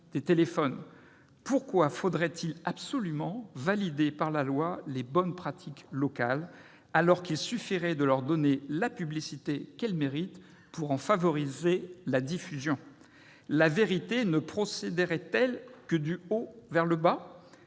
Pourquoi faudrait-il absolument valider par la loi les bonnes pratiques locales, alors qu'il suffirait de leur donner la publicité qu'elles méritent pour en favoriser la diffusion ? La vérité ne procéderait-elle que du haut vers le bas ?